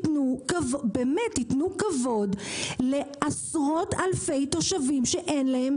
תנו כבוד לעשרות אלפי תושבים שאין להם